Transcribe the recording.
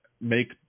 make